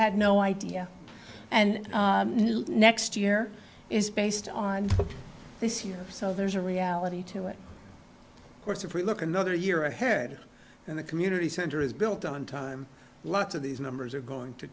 had no idea and next year is based on this year so there's a reality to it course if we look another year ahead and the community center is built on time lots of these numbers are going to